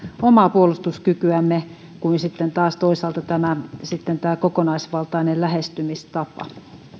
omaa puolustuskykyämme ja sitten taas on toisaalta tämä kokonaisvaltainen lähestymistapa